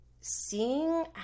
seeing